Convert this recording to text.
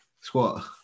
squat